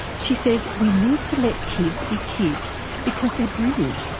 she says we need to let kids be kids because they're brilliant,